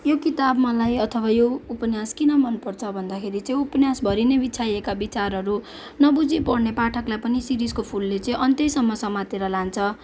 यो किताब मलाई अथवा यो उपन्यास किन मनपर्छ भन्दाखेरि चाहिँ उपन्यासभरि नै बिछाइएका बिचारहरू नबुझि पढ्ने पाठकलाई पनि शिरीषको फुलले अन्त्यैसम्म समातेर लान्छ